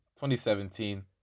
2017